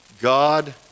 God